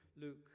Luke